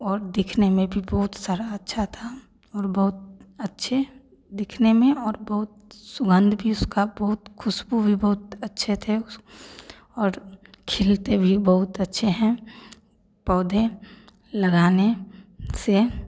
और दिखने में भी बहुत सारा अच्छा था और बहुत अच्छे दिखने में और बहुत सुगंध भी उसका बहुत खुशबू भी बहुत अच्छे थे और खिलते भी बहुत अच्छे हैं पौधे लगाने से